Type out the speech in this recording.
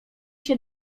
się